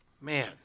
Man